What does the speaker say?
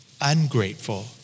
ungrateful